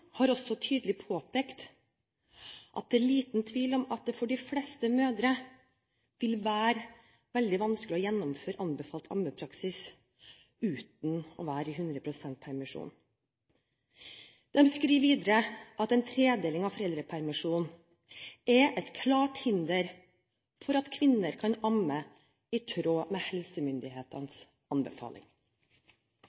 har også tydelig påpekt at det er liten tvil om at det for de fleste mødre vil være veldig vanskelig å gjennomføre anbefalt ammepraksis uten å være i 100 pst. permisjon. De skriver videre: «En tredeling av foreldrepermisjonen vil være et klart hinder for at kvinner kan amme i tråd med